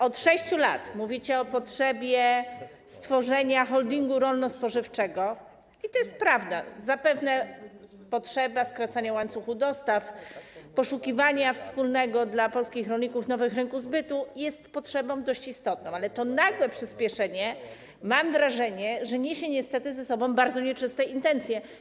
Od 6 lat mówicie o potrzebie stworzenia holdingu rolno-spożywczego i to jest prawda, zapewne potrzeba skracania łańcuchów dostaw, poszukiwania wspólnego dla polskich rolników nowych rynków zbytu jest potrzebą dość istotną, ale to nagłe przyspieszenie, mam wrażenie, niesie niestety ze sobą bardzo nieczyste intencje.